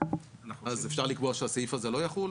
אפשר לקבוע שהסעיף לא יחול?